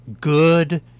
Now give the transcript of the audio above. good